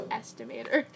estimator